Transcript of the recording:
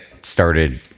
started